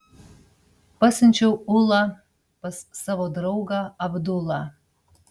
pasiunčiau ulą pas savo draugą abdulą